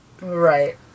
Right